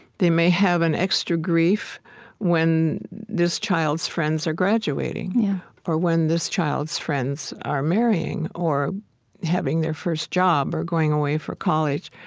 they may have an extra grief when this child's friends are graduating or when this child's friends are marrying or having their first job or going away for college.